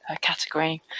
category